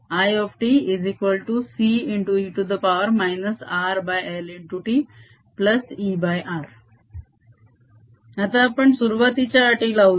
ItCe RLtR आता आपण सुरुवातीच्या अटी लावूया